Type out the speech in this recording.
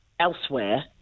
elsewhere